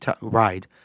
ride